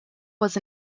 was